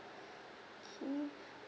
okay